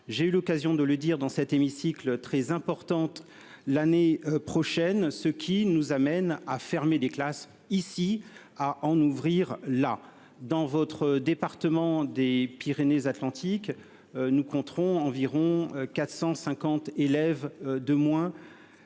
j'ai eu l'occasion de le dire, dans cet hémicycle très importante. L'année prochaine, ce qui nous amène à fermer des classes ici à en ouvrir là dans votre département des Pyrénées-Atlantiques nous compterons environ 450 élèves de moins.